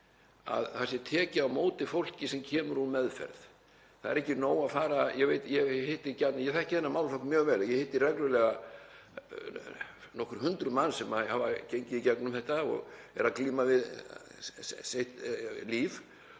að það sé tekið á móti fólki sem kemur úr meðferð. Það er ekki nóg að fara — ég þekki þennan málaflokk mjög vel og hitti reglulega nokkur hundruð manns sem hafa gengið í gegnum þetta og eru að glíma við